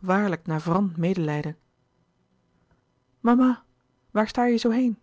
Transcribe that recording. waarlijk navrant medelijden mama waar staar je zoo heen